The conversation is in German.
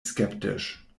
skeptisch